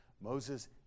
Moses